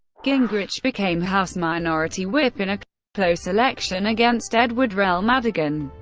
gingrich became house minority whip in a close election against edward rell madigan.